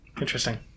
Interesting